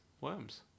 worms